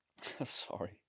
sorry